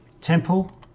temple